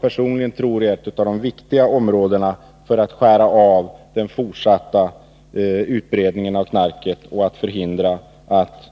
Personligen tror jag att det är ett av de viktiga områdena när det gäller att skära av den fortsatta utbredningen av knarket och att förhindra att